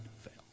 fail